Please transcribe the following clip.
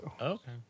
Okay